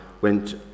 went